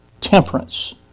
temperance